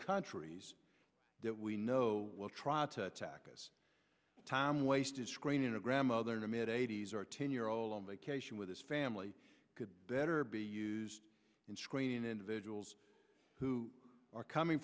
countries that we know will try to attack us time wasted screening a grandmother in the mid eighty's our ten year old on vacation with his family could better be used in screening individuals who are coming